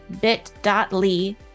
bit.ly